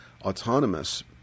autonomous